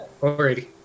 Alrighty